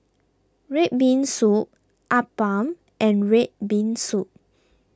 Red Bean Soup Appam and Red Bean Soup